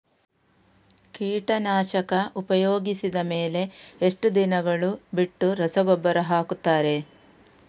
ಕೀಟನಾಶಕ ಉಪಯೋಗಿಸಿದ ಮೇಲೆ ಎಷ್ಟು ದಿನಗಳು ಬಿಟ್ಟು ರಸಗೊಬ್ಬರ ಹಾಕುತ್ತಾರೆ?